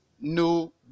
No